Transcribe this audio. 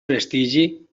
prestigi